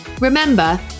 Remember